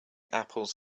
apples